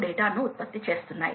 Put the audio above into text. మేము తిరిగి వస్తాము